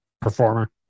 performer